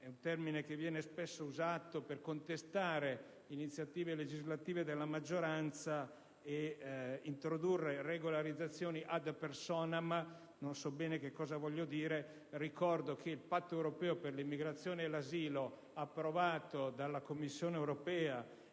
termine che viene spesso usato per contestare iniziative legislative della maggioranza, che non so bene cosa voglia dire. Ricordo che il Patto europeo per l'immigrazione e l'asilo, approvato dalla Commissione europea